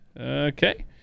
Okay